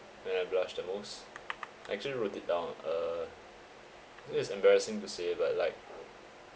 when I blushed the most actually I wrote it down uh it was embarrassing to say but like